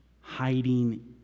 hiding